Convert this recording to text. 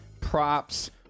props